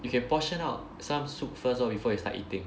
you can portion out some soup first lor before you start eating